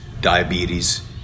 diabetes